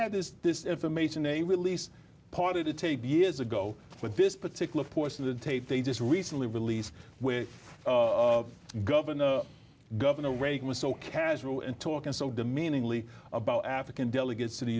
had this this information a release party to take years ago with this particular portion of the tape they just recently released with governor governor reagan was so casual and talking so demeaning only about african delegates to the